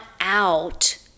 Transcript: out